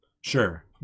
Sure